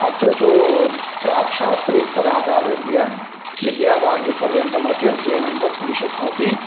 अत्र तु प्राक्शास्त्रीस्तरादारभ्य विद्यावारिदिपर्यन्तमपि अध्ययनं कर्तुं शक्नोति